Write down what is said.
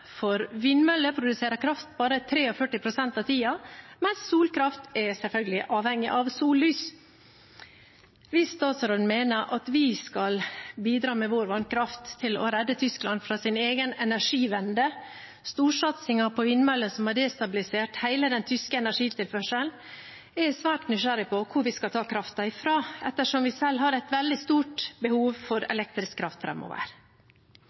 for vindmøller produserer kraft bare 43 pst. av tiden, mens solkraft selvfølgelig er avhengig av sollys. Hvis statsråden mener vi skal bidra med vår vannkraft til å redde Tyskland fra sin egen «Energiewende», storsatsingen på vindmøller som har destabilisert hele den tyske energitilførselen, er jeg svært nysgjerrig på hvor vi skal ta kraften ifra, ettersom vi selv har et veldig stort behov for